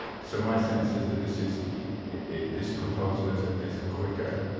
so my sense is that this is this proposal is ah is a quicker,